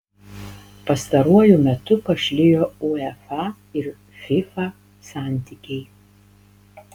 pastaruoju metu pašlijo uefa ir fifa santykiai